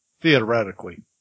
Theoretically